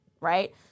right